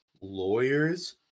lawyers